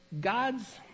God's